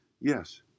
Yes